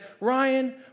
Ryan